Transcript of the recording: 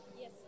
Yes